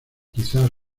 quizás